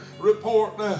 report